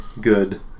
good